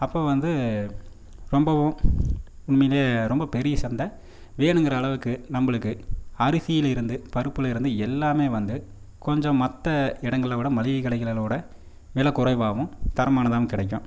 அப்போது வந்து ரொம்பவும் மிக ரொம்ப பெரிய சந்தை வேணுங்கிற அளவுக்கு நம்மளுக்கு அரிசியில் இருந்து பருப்பில் இருந்து எல்லாமே வந்து கொஞ்சம் மற்ற இடங்களை விட மளிகை கடைகளை விட விலை குறைவாகவும் தரமானதாகவும் கிடைக்கும்